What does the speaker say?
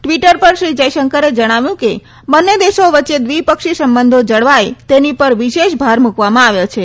Twitter પર શ્રી જયશંકરે જણાવ્યું કે બંને દેશો વચ્ચે દ્વિપક્ષી સંબંધો જળવાય તેની પર વિશેષ ભાર મુકવામાં આવ્યો છે